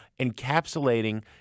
encapsulating